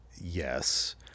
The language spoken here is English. yes